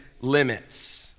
limits